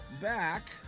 back